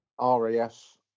RAF